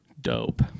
Dope